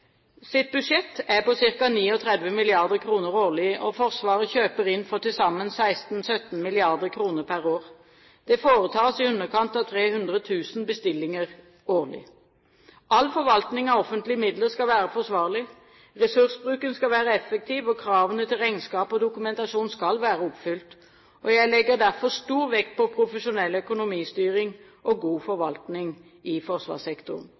budsjett er på ca. 39 mrd. kr årlig, og Forsvaret kjøper inn for til sammen 16–17 mrd. kr per år. Det foretas i underkant av 300 000 bestillinger årlig. All forvaltning av offentlige midler skal være forsvarlig. Ressursbruken skal være effektiv, og kravene til regnskap og dokumentasjon skal være oppfylt. Jeg legger derfor stor vekt på profesjonell økonomistyring og god forvaltning i forsvarssektoren.